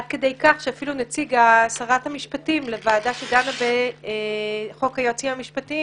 עד כדי כך שאפילו נציג שרת המשפטים לוועדה שדנה בחוק היועצים המשפטיים